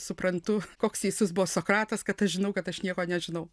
suprantu koks teisus buvo sokratas kad aš žinau kad aš nieko nežinau